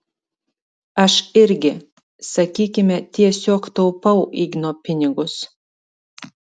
aš irgi sakykime tiesiog taupau igno pinigus